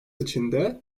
içinde